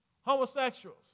Homosexuals